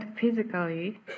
physically